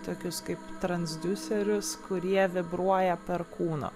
tokius kaip transdiuserius kurie vibruoja per kūną